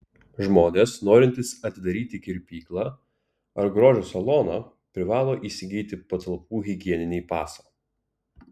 žmonės norintys atidaryti kirpyklą ar grožio saloną privalo įsigyti patalpų higieninį pasą